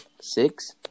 six